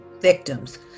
victims